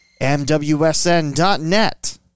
MWSN.net